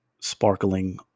sparkling